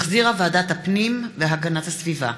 שהחזירה ועדת הפנים והגנת הסביבה,